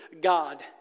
God